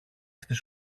στις